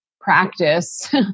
practice